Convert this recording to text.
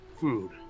Food